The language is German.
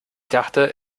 dachte